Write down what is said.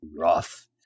rough